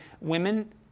women